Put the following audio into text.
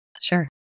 Sure